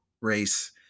race